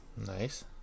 Nice